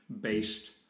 based